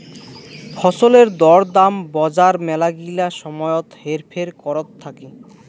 ফছলের দর দাম বজার মেলাগিলা সময়ত হেরফের করত থাকি